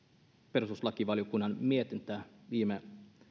perustuslakivaliokunnan mietintöä viime